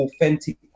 authentic